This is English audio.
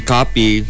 Copy